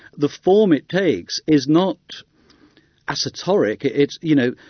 the form it takes is not assoteric. it's you know,